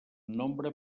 nombre